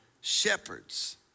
shepherds